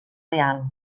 real